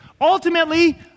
Ultimately